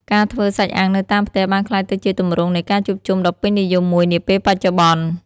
ការធ្វើសាច់អាំងនៅតាមផ្ទះបានក្លាយទៅជាទម្រង់នៃការជួបជុំដ៏ពេញនិយមមួយនាពេលបច្ចុប្បន្ន។